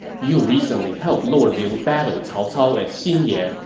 you recently helped lord liu battle cao cao at xinye,